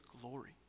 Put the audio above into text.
glory